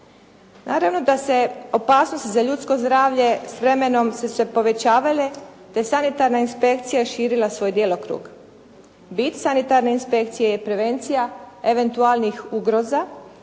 Naravno da se opasnost za ljudsko zdravlje s vremenom su se povećavale te sanitarna inspekcija je širila svoj djelokrug. Bit sanitarne inspekcije je prevencija eventualnih ugroza,